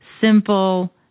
simple